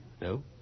No